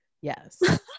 Yes